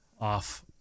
off